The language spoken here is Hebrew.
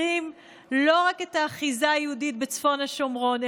ומחזירים לא רק את האחיזה היהודית בצפון השומרון,